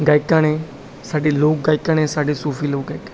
ਗਾਇਕਾਂ ਨੇ ਸਾਡੇ ਲੋਕ ਗਾਇਕਾਂ ਨੇ ਸਾਡੇ ਸੂਫੀ ਲੋਕ ਗਾਇਕ